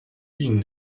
ihnen